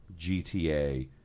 GTA